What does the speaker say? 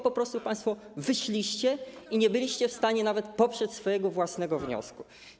Po prostu państwo wyszliście i nie byliście w stanie poprzeć swojego własnego wniosku.